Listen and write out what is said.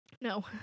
No